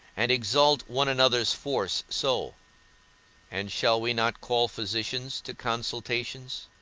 and exalt one another's force so and shall we not call physicians to consultations?